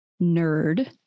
nerd